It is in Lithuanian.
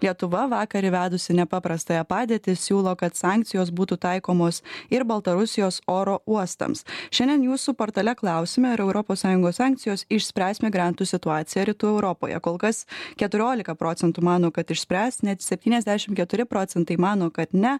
lietuva vakar įvedusi nepaprastąją padėtį siūlo kad sankcijos būtų taikomos ir baltarusijos oro uostams šiandien jūsų portale klausiame ar europos sąjungos sankcijos išspręs migrantų situaciją rytų europoje kol kas keturiolika procentų mano kad išspręs net septyniasdešim keturi procentai mano kad ne